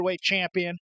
champion